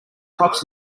props